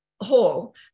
whole